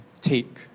Take